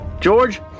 George